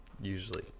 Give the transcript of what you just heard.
usually